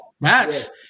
Max